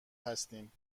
هستیم